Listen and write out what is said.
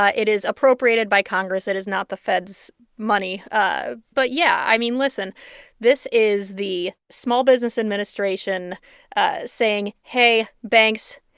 ah it is appropriated by congress. it is not the fed's money. um but yeah. i mean, listen this is the small business administration saying, hey, banks,